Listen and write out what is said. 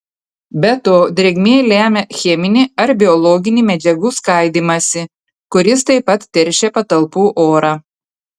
be to drėgmė lemia cheminį ar biologinį medžiagų skaidymąsi kuris taip pat teršia patalpų orą